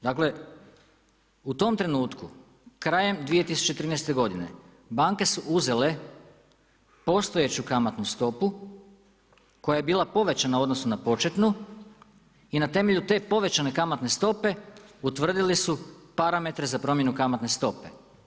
Dakle u tom trenutku krajem 2013. godine banke su uzele postojeću kamatnu stopu koja je bila povećana u odnosu na početnu i na temelju te povećane kamatne stope utvrdili su parametre za promjenu kamatne stope.